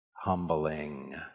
humbling